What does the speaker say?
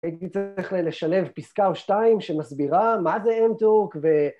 הייתי צריך לשלב פסקה או שתיים שמסבירה מה זה MTurk ו...